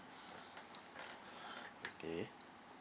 okay